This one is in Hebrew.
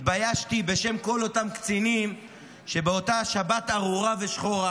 התביישתי בשם כל אותם קצינים שבאותה שבת ארורה ושחורה